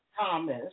Thomas